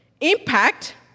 impact